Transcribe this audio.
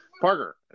Parker